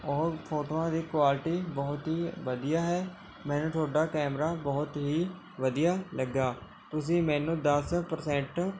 ਉਹ ਫੋਟੋਆਂ ਦੀ ਕੁਆਲਟੀ ਬਹੁਤ ਹੀ ਵਧੀਆ ਹੈ ਮੈਨੂੰ ਤੁਹਾਡਾ ਕੈਮਰਾ ਬਹੁਤ ਹੀ ਵਧੀਆ ਲੱਗਾ ਤੁਸੀਂ ਮੈਨੂੰ ਦਸ ਪ੍ਰਸੈਂਟ